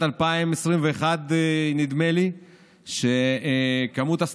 נדמה לי שבשנת 2021,